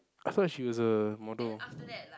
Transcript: I thought she was a model